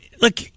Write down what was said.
Look